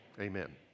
Amen